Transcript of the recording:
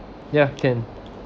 ya can